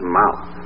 mouth